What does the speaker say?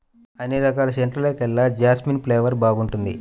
అన్ని రకాల సెంటుల్లోకెల్లా జాస్మిన్ ఫ్లేవర్ బాగుంటుంది